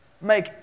Make